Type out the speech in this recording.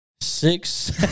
Six